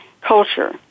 culture